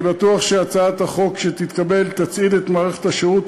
אני בטוח שהצעת החוק שתתקבל תצעיד את מערכת השירות